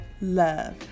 love